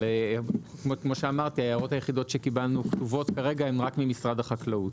כאמור ההערות היחידות שקיבלנו כתובות כרגע הן רק ממשרד החקלאות.